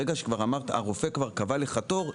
ברגע שהרופא כבר קבע לך תור,